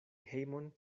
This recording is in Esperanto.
hejmon